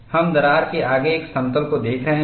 हम दरार के आगे एक समतल को देख रहे हैं